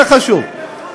זה חשוב.